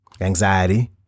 anxiety